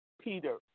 Peter